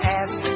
ask